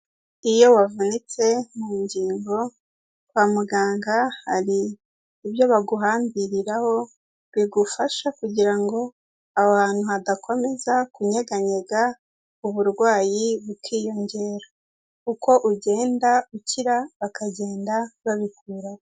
Iyo wavunitse mu ngingo, kwa muganga hari ibyo baguhambiriraho bigufasha kugira ngo aho hantu hadakomeza kunyeganyega uburwayi bukiyongera, uko ugenda ukira bakagenda babikuraho.